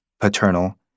paternal